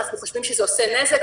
אנחנו חושבים שזה גורם נזק.